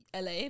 la